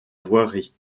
voirie